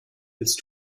willst